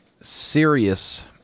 serious